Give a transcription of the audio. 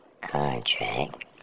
contract